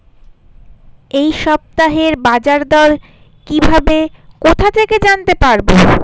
এই সপ্তাহের বাজারদর কিভাবে কোথা থেকে জানতে পারবো?